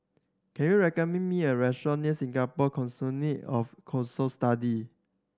can you recommend me a restaurant near Singapore Consortium of Cohort Studies